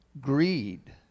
Greed